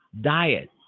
diet